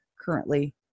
currently